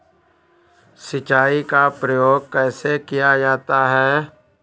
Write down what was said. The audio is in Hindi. सिंचाई का प्रयोग कैसे किया जाता है?